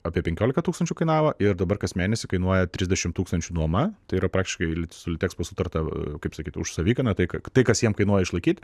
apie penkiolika tūkstančių kainavo ir dabar kas mėnesį kainuoja trisdešimt tūkstančių nuoma tai yra praktiškai su litexpo sutarta kaip sakyti už savikainą tai kad tai kas jiem kainuoja išlaikyt